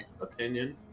opinion